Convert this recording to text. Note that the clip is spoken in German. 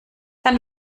dann